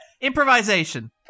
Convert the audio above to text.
Improvisation